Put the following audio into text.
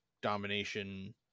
domination